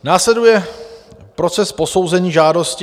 Následuje proces posouzení žádosti.